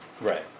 Right